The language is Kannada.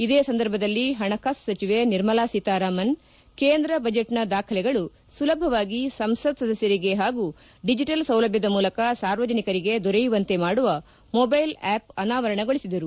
ಇದೇ ಸಂದರ್ಭದಲ್ಲಿ ಹಣಕಾಸು ಸಚಿವೆ ನಿರ್ಮಲಾ ಸೀತಾರಾಮನ್ ಕೇಂದ್ರ ಬಜೆಟ್ನ ದಾಖಲೆಗಳು ಸುಲಭವಾಗಿ ಸಂಸತ್ ಸದಸ್ಯರಿಗೆ ಹಾಗೂ ಡಿಜಿಟಲ್ ಸೌಲಭ್ಯದ ಮೂಲಕ ಸಾರ್ವಜನಿಕರಿಗೆ ದೊರೆಯುವಂತೆ ಮಾಡುವ ಮೊಬ್ಬೆಲ್ ಆಪ್ ಅನಾವರಣಗೊಳಿಸಿದರು